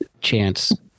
Chance